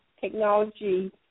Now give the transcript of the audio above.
Technology